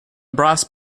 brass